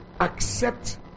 accept